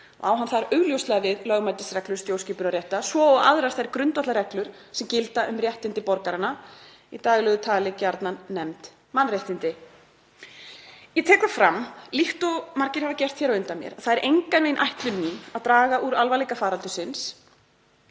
á hann þar augljóslega við lögmætisreglu stjórnskipunarréttar svo og aðrar þær grundvallarreglur sem gilda um réttindi borgaranna, í daglegu tali gjarnan nefnd mannréttindi. Ég tek það fram, líkt og margir hafa gert hér á undan mér, að það er engan veginn ætlun mín að draga úr alvarleika faraldursins